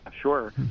sure